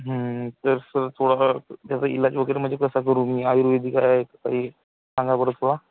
तर सर थोडासा त्याचा इलाज वगैरे म्हणजे कसा करू मी आयुर्वेदिक आहे काही सांगा बरं थोडा